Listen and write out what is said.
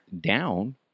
down